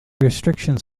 restrictions